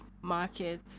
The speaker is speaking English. market